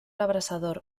abrasador